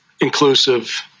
inclusive